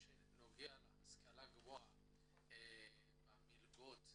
שנוגע להשכלה הגבוהה במלגות.